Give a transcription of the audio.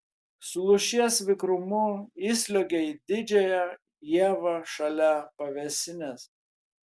su lūšies vikrumu įsliuogė į didžiąją ievą šalia pavėsinės